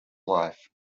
life